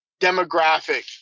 demographic